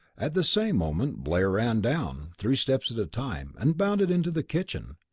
at the same moment blair ran down, three steps at a time, and bounded into the kitchen.